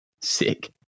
Sick